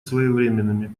своевременными